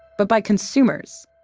but by consumers.